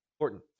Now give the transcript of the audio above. Important